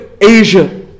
Asia